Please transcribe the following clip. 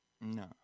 No